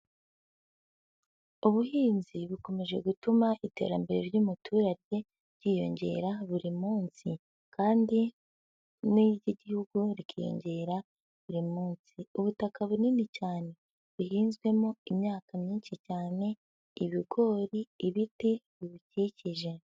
Ubuhinzi bukomeje gutuma iterambere ry'umuturage ryiyongera buri munsi kandi n'iry'igihugu rikiyongera buri munsi, ubutaka bunini cyane buhinzwemo imyaka myinshi cyane, ibigori, ibiti, bibukikije.